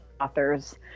authors